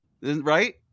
Right